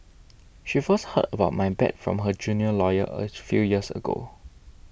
she first heard about my bad from her junior lawyer a few years ago